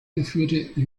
geführte